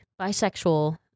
bisexual